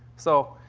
so,